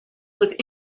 with